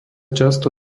často